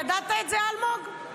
ידעת את זה, אלמוג?